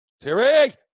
Terry